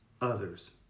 others